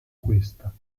questa